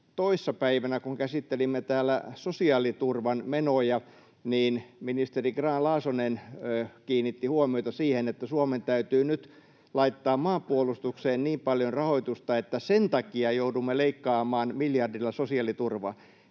toissa päivänä, kun käsittelimme täällä sosiaaliturvan menoja, ministeri Grahn-Laasonen kiinnitti huomiota siihen, että Suomen täytyy nyt laittaa maanpuolustukseen niin paljon rahoitusta, että sen takia joudumme leikkaamaan miljardilla sosiaaliturvaa.